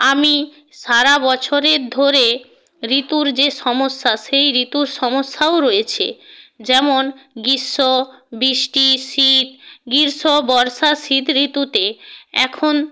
আমি সারা বছরের ধরে ঋতুর যে সমস্যা সেই ঋতুর সমস্যাও রয়েছে যেমন গ্রীষ্ম বৃষ্টি শীত গ্রীষ্ম বর্ষা শীত ঋতুতে এখন